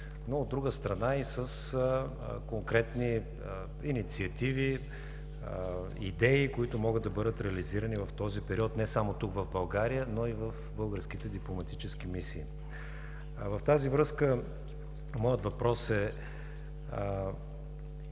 но от друга страна и с конкретни инициативи, идеи, които могат да бъдат реализирани в този период не само тук, в България, но и в българските дипломатически мисии. В тази връзка моят въпрос е: